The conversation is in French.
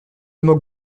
moque